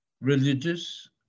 religious